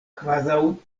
kvazaŭ